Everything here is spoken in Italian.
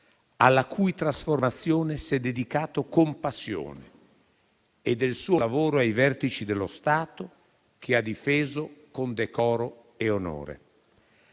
alla cui trasformazione si è dedicato con passione, così come il suo lavoro ai vertici dello Stato, che ha difeso con decoro e onore.